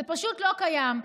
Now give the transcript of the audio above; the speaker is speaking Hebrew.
זה פשוט לא קיים.